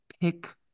pick